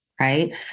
Right